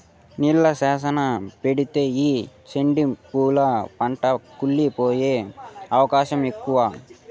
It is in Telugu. నీళ్ళు శ్యానా పెడితే ఈ సెండు పూల పంట కుళ్లి పోయే అవకాశం ఎక్కువ